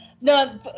no